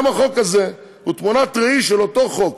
גם החוק הזה הוא תמונת ראי של אותו חוק.